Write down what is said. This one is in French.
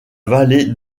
vallée